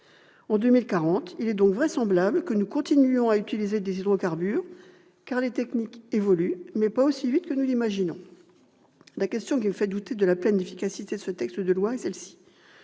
En 2040, il est donc vraisemblable que nous continuions à utiliser des hydrocarbures, les techniques évoluant, mais pas aussi vite que nous l'imaginons. La question qui me fait douter de la pleine efficacité de ce projet de loi est celle-ci